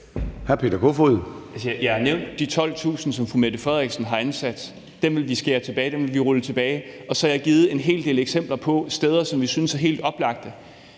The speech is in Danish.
Jeg nævnte de 12.000, som statsministeren har ansat. Der ville vi skære ned; dem ville vi rulle tilbage. Så har jeg givet en hel del eksempler på steder, som vi synes er helt oplagte.